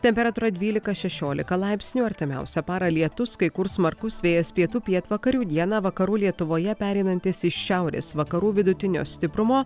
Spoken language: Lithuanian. temperatūra dvylika šešiolika laipsnių artimiausią parą lietus kai kur smarkus vėjas pietų pietvakarių dieną vakarų lietuvoje pereinantis į šiaurės vakarų vidutinio stiprumo